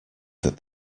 that